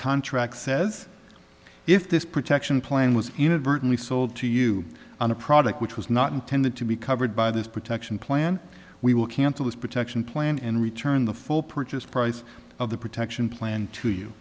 contract says if this protection plan was inadvertently sold to you on a product which was not intended to be covered by this protection plan we will cancel this protection plan and return the full purchase price of the protection plan to you